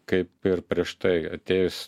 kaip ir prieš tai atėjus